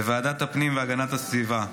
בוועדת הפנים והגנת הסביבה,